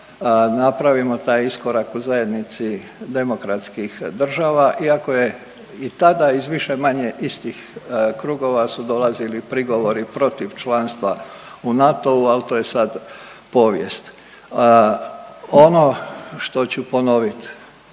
napravimo taj iskorak u zajednici demokratskih država, iako je i tada iz više-manje istih krugova su dolazili prigovori protiv članstva u NATO-u, al to je sad povijest. Ono što ću ponovit,